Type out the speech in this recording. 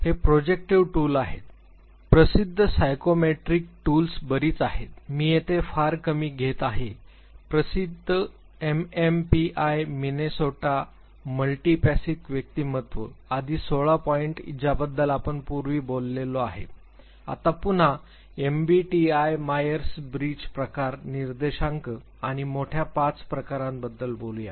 हे projective tool आहेत प्रसिद्ध सायकोमेट्रिक टूल्स बरीच आहेत मी येथे फार कमी घेते आहे प्रसिद्ध एमएमपीआय मिनेसोटा मल्टीपॅसिक व्यक्तिमत्व यादी सोळा पॉईंट ज्याबद्दल आपण यापूर्वी बोललो आहे आता पुन्हा एमबीटीआय मायर्स ब्रिग्ज प्रकार निर्देशक आणि मोठा 5 प्रकाराबद्दल बोलूया